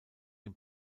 dem